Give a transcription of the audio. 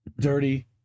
Dirty